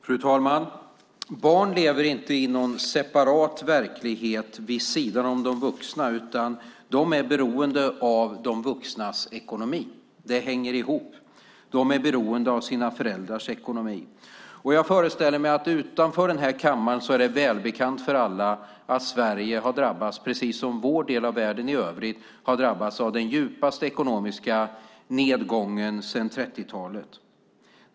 Fru talman! Barn lever inte i någon separat verklighet vid sidan om de vuxna, utan de är beroende av de vuxnas ekonomi. Det hänger ihop. De är beroende av sina föräldrars ekonomi. Jag föreställer mig att det utanför denna kammare är välbekant för alla att Sverige, precis som vår del av världen i övrigt, har drabbats av den djupaste ekonomiska nedgången sedan 30-talet.